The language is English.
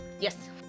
Yes